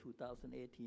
2018